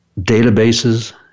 databases